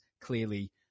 clearly